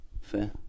fair